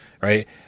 right